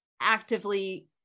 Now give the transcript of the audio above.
actively